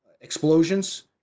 explosions